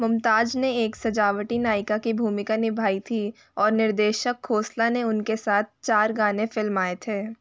मुमताज ने एक सजावटी नायिका की भूमिका निभाई थी और निर्देशक खोसला ने उनके साथ चार गाने फिल्माए थे